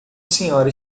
senhora